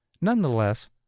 Nonetheless